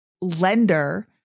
lender